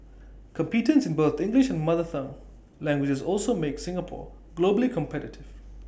competence in both English and mother tongue languages also makes Singapore globally competitive